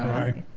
aye.